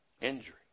Injury